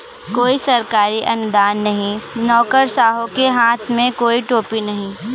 कोई सरकारी अनुदान नहीं, नौकरशाहों के हाथ में कोई टोपी नहीं